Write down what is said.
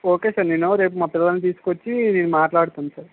okay sir నేను రేపు మా పిల్లలని తీసుకొచ్చి మాట్లాడతాను సార్